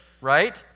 right